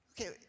Okay